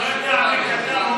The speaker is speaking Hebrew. אני לא יודע מי כתב,